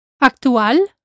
Actual